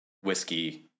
whiskey